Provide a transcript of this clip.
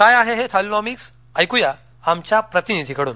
काय आहे हे थालीनॉमिक्स ऐकूया आमच्या प्रतिनिधीकडून